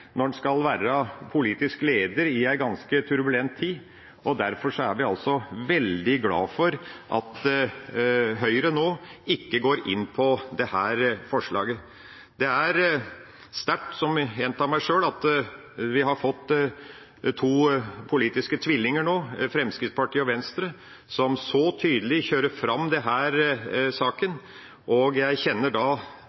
når en skal være politisk leder i en ganske turbulent tid, og derfor er vi altså veldig glad for at Høyre nå ikke går inn på dette forslaget. Det er sterkt – jeg gjentar meg sjøl – at vi nå har fått to politiske tvillinger, Fremskrittspartiet og Venstre, som så tydelig kjører fram denne saken.